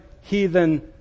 heathen